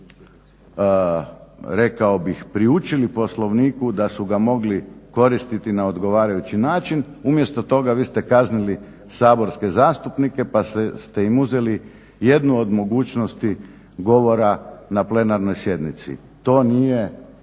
rekao bih priučili Poslovniku, da su ga mogli koristiti na odgovarajući način umjesto toga vi ste kaznili saborske zastupnike pa ste im uzeli jednu od mogućnosti govora na plenarnoj sjednici. To nije